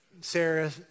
Sarah